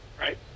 Right